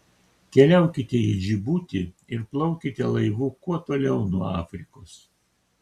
keliaukite į džibutį ir plaukite laivu kuo toliau nuo afrikos